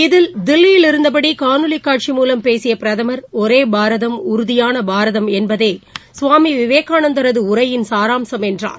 இதில் தில்லியில் இருந்தபடி காணொலிக்காட்சி மூலம் பேசிய பிரதமர் ஒரே பாரதம் உறுதியான பாரதம் என்பதே சுவாமி விவேகானந்தரது உரையின் சாராம்சம் என்றார்